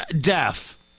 deaf